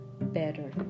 better